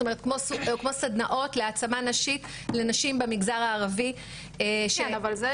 כמו סדנאות להעצמה נשית לנשים במגזר הערבי --- אני רוצה